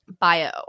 bio